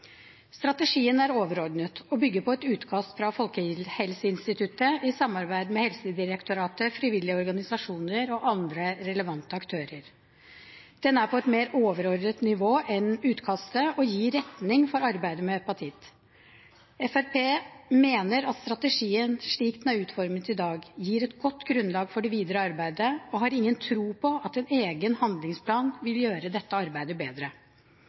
Strategien er overordnet og bygger på et utkast fra Folkehelseinstituttet i samarbeid med Helsedirektoratet, frivillige organisasjoner og andre relevante aktører. Den er på et mer overordnet nivå enn utkastet og gir retning for arbeidet med hepatitt. Fremskrittspartiet mener at strategien slik den er utformet i dag, gir et godt grunnlag for det videre arbeidet og har ingen tro på at en egen handlingsplan vil gjøre dette arbeidet bedre.